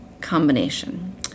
combination